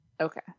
Okay